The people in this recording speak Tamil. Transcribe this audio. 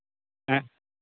ஆ